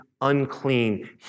unclean